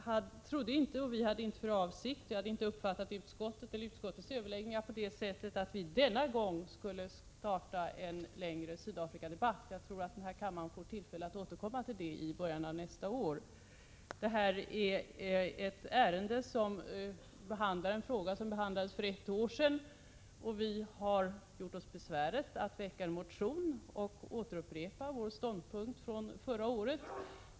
Herr talman! Inte heller jag hade anmält mig för ett längre inlägg. Vi hade nämligen inte uppfattat utskottets överläggningar på det sättet att vi denna gång skulle starta en längre Sydafrikadebatt. Kammaren får tillfälle att återkomma till det i början av nästa år. Den fråga som tas upp i detta ärende behandlades för ett år sedan, och vi har gjort oss besväret att väcka en motion och upprepa vår ståndpunkt från förra året.